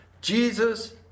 Jesus